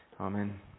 Amen